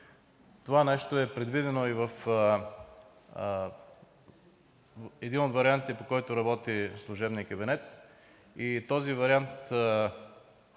Това нещо е предвидено и в един от вариантите, по който работи служебният кабинет, и този вариант